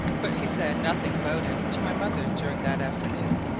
but he said nothing about it to my mother during that afternoon,